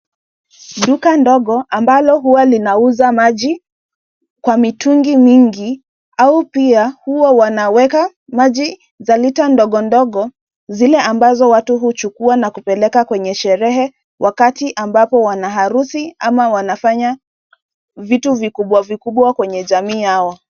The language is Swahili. Duka ndogo amabalo huwa linauza maji kwa mitungi mingi au pia huwa wanaweka maji za lita ndogo ndogo zile ambazo watu huchukua na kupeleka kwenye sherehe wakati ambapo wana harusi ama wanafanya vitu vikubwa vikubwa kwenye jamii yao.